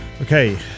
Okay